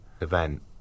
event